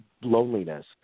loneliness